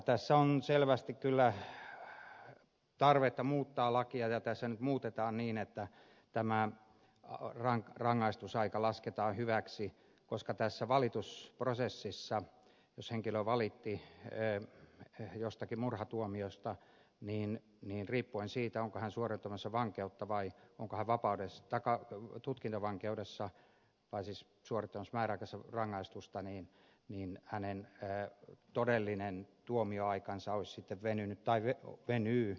tässä on selvästi kyllä tarvetta muuttaa lakia ja tässä nyt muutetaan niin että tämä rangaistusaika lasketaan hyväksi koska tässä valitusprosessissa jos henkilö valittaa jostakin murhatuomiosta riippuen siitä onko hän tutkintavankeudessa vai onko hän suorittamassa määräaikaista rangaistusta hänen todellinen tuomioaikansa venyy